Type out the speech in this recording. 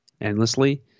endlessly